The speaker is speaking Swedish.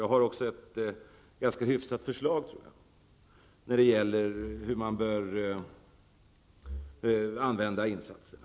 Jag har också ett ganska hyfsat förslag att komma med när det gäller hur man bör använda insatserna.